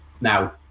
now